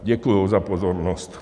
Děkuji za pozornost.